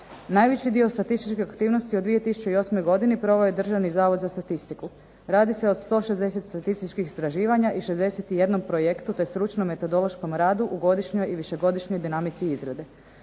Najveći dio statističkih aktivnosti u 2008. godini proveo je Državni zavod za statistiku. Radi se o 160 statističkih istraživanja i 61 projektu, te stručnom metodološkom radu u godišnjoj i višegodišnjoj dinamici izrade.